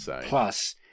Plus